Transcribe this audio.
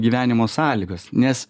gyvenimo sąlygas nes